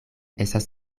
estas